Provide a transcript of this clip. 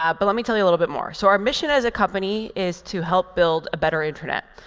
um but let me tell you a little bit more. so our mission as a company is to help build a better internet.